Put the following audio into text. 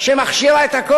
נא להמשיך.